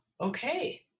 okay